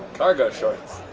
cargo shorts.